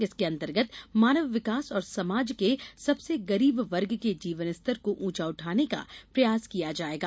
इसके अंतर्गत मानव विकास और समाज के सबसे गरीब वर्ग के जीवन स्तर को ऊंचा उठाने का प्रयास किया जायेगा